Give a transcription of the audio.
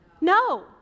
No